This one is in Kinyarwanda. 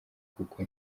kuko